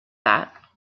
that